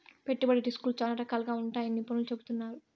పెట్టుబడి రిస్కులు చాలా రకాలుగా ఉంటాయని నిపుణులు చెబుతున్నారు